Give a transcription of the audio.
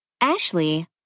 Ashley